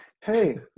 hey